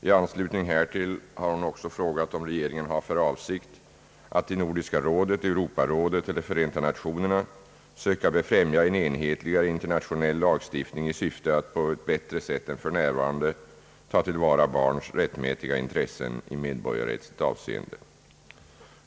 I anslutning härtill har hon också frågat om regeringen har för avsikt att i Nordiska rådet, Europarådet eller FN söka befrämja en enhetligare internationell lagstiftning i syfte att på ett bättre sätt än f. n. ta till vara barns rättmätiga intressen i medborgarrättsligt avseende.